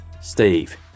Steve